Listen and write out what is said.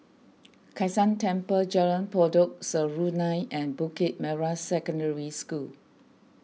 Kai San Temple Jalan Pokok Serunai and Bukit Merah Secondary School